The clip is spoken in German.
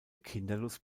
kinderlos